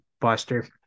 buster